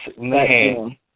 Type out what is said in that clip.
Man